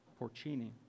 Porcini